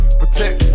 protect